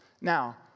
Now